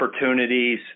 opportunities